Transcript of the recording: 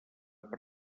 per